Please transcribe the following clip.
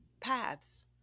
paths